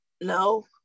No